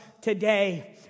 today